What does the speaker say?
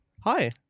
hi